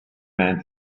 man